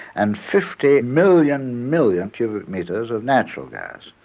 and fifty million million cubic metres of natural gas.